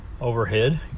overhead